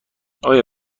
آیا